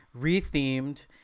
rethemed